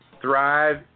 thrive